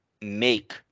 make